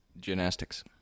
Gymnastics